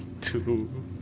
two